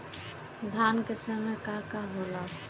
धान के समय का का होला?